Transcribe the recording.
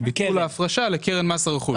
ביטול ההפרשה לקרן מס הרכוש.